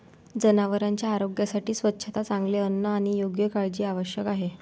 जनावरांच्या आरोग्यासाठी स्वच्छता, चांगले अन्न आणि योग्य काळजी आवश्यक आहे